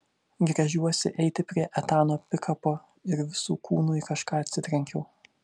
gręžiuosi eiti prie etano pikapo ir visu kūnu į kažką atsitrenkiu